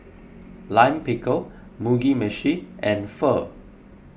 Lime Pickle Mugi Meshi and Pho